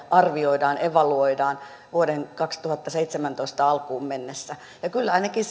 arvioidaan evaluoidaan vuoden kaksituhattaseitsemäntoista alkuun mennessä ja kyllä ainakin